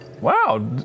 Wow